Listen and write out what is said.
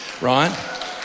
Right